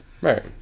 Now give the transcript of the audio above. Right